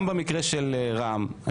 גם במקרה של רע"מ,